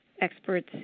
experts